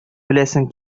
беләсең